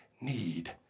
need